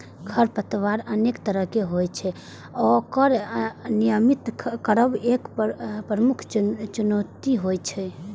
खरपतवार अनेक तरहक होइ छै आ ओकर नियंत्रित करब एक प्रमुख चुनौती होइ छै